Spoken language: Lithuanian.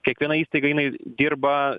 kiekviena įstaiga jinai dirba